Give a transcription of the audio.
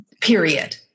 period